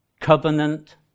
covenant